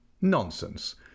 Nonsense